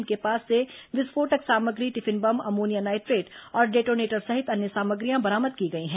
इनके पास से विस्फोटक सामग्री टिफिन बम अमोनिया नाइट्रेट और डेटोनेटर सहित अन्य सामग्रियां बरामद की गई हैं